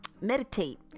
Meditate